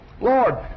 Lord